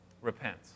Repent